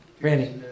Randy